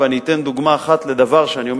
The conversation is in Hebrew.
ואני אתן דוגמה אחת לדבר שאני אומר